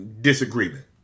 disagreement